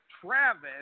Travis